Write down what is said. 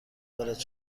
وارد